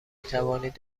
توانید